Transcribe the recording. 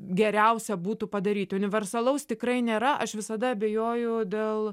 geriausia būtų padaryti universalaus tikrai nėra aš visada abejoju dėl